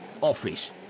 office